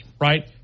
Right